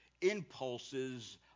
impulses